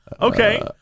Okay